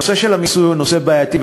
הנושא של המיסוי הוא נושא בעייתי,